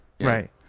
Right